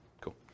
Cool